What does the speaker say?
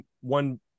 one